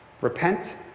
repent